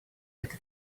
это